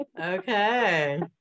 Okay